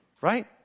right